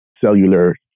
cellular